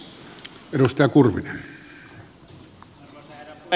arvoisa herra puhemies